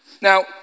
Now